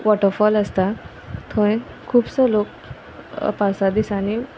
waterfall आसता थंय खुबसो लोक पावसा दिसांनी